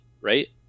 right